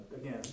again